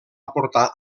portar